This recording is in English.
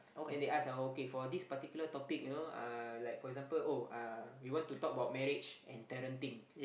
then they ask like okay for this particular topic you know uh like for example oh uh we want to talk about marriage and parenting